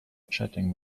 chatting